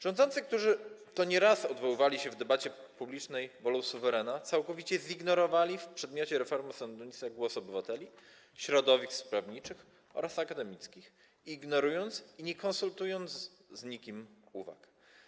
Rządzący, którzy to nieraz odwoływali się w debacie publicznej do woli suwerena, całkowicie zignorowali w przedmiocie reformy sądownictwa głos obywateli, środowisk prawniczych oraz akademickich, lekceważąc je i nie konsultując z nikim uwag.